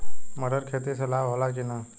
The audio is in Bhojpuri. मटर के खेती से लाभ होला कि न?